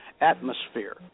atmosphere